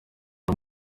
uwo